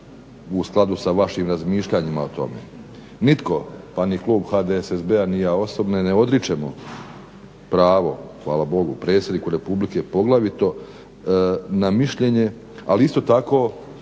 u skladu sa vašim razmišljanjima o tome. Nitko pa ni klub HDSSB-a, ni ja osobno ne odričemo pravo, hvala Bogu, predsjedniku Republike poglavito na mišljenje, ali isto tako